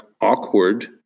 awkward